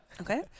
Okay